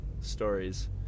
stories